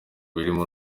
birimo